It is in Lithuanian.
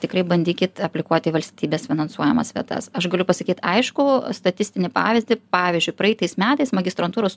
tikrai bandykit aplikuot į valstybės finansuojamas vietas aš galiu pasakyt aišku statistinį pavyzdį pavyzdžiui praeitais metais magistrantūros